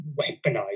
weaponize